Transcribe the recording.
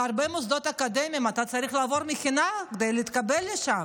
בהרבה מוסדות אקדמיים אתה צריך לעבור מכינה כדי להתקבל לשם,